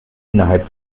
innerhalb